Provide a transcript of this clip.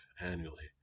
annually